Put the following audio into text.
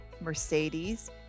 Mercedes